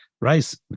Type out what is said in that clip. Rice